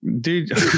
dude